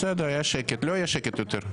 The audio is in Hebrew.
בסדר, היה שקט, לא יהיה שקט יותר.